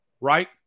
Right